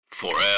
Forever